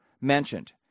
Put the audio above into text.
mentioned